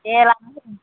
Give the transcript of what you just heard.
दे लाबोदो